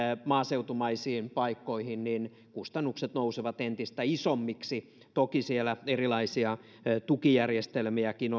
maaseutumaisiin paikkoihin kustannukset nousevat entistä isommiksi toki siellä erilaiset tukijärjestelmätkin